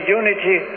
unity